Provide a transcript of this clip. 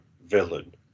villain